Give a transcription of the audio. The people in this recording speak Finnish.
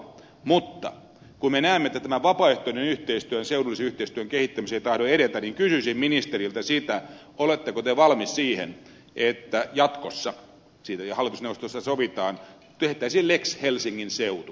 mutta kun me näemme että tämä vapaaehtoinen yhteistyö seudullisen yhteistyön kehittämiseksi ei tahdo edetä niin kysyisin ministeriltä sitä oletteko te valmis siihen että jatkossa siitä hallitusneuvotteluissa sovitaan tehtäisiin lex helsingin seutu lainsäädännöllinen päätös